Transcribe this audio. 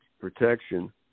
protection